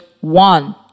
one